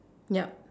yup